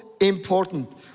important